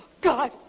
God